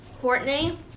Courtney